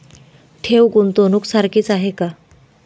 ठेव, गुंतवणूक सारखीच आहे का?